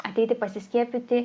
ateiti pasiskiepyti